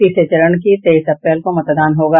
तीसरे चरण के लिए तेईस अप्रैल को मतदान होगा